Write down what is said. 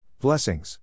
Blessings